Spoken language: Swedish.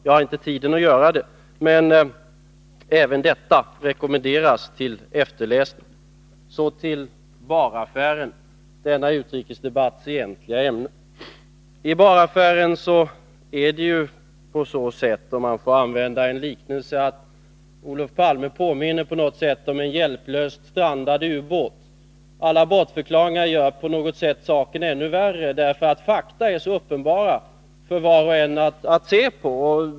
Jag har inte tid att göra det, men även detta rekommenderas till läsning i efterhand. Sedan vill jag övergå till Bahr-affären, denna utrikesdebatts egentliga ämne. I Bahr-affären påminner Olof Palme — om man får använda en liknelse —på något sätt om en hjälplöst strandad ubåt. Alla bortförklaringar gör saken ännu värre, för fakta är så uppenbara för var och en att se på.